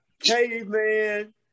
caveman